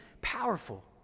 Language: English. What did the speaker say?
powerful